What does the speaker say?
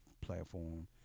platform